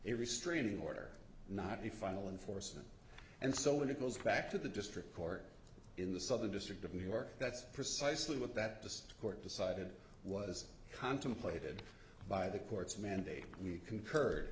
a restraining order not a final enforcement and so when it goes back to the district court in the southern district of new york that's precisely what that the court decided was contemplated by the courts mandate we concurred